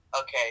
okay